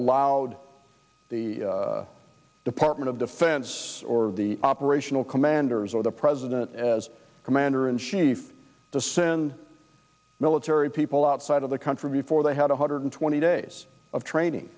allowed the department of defense or operational commanders or the president as commander in chief to send military people outside of the country before they had one hundred twenty days of training